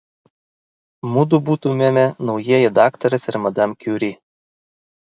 mudu būtumėme naujieji daktaras ir madam kiuri